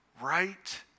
right